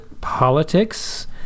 politics